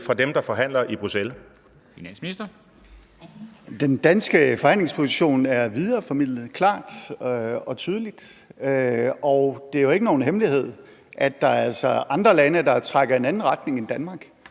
Finansministeren (Nicolai Wammen): Den danske forhandlingsposition er videreformidlet klart og tydeligt. Og det er jo ikke nogen hemmelighed, at der altså er andre lande, der trækker i en anden retning end Danmark.